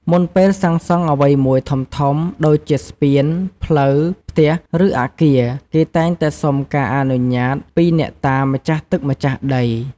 មុនពេលសាងសង់អ្វីមួយធំៗ ដូចជាស្ពាន ផ្លូវ ផ្ទះ ឬអគារ គេតែងតែសុំការអនុញ្ញាតពីអ្នកតា ម្ចាស់ទឹកម្ចាស់ដី។